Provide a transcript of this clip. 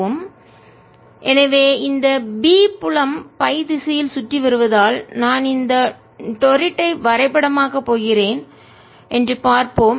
B0J A B எனவே இந்த B புலம் பை திசையில் சுற்றி வருவதால் நான் இந்த டொரிட்டை வரை படமாக்கப் போகிறேன் என்று பார்ப்போம்